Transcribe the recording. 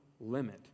limit